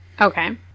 Okay